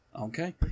Okay